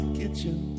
kitchen